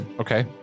Okay